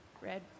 Red